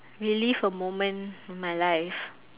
relive a moment in my life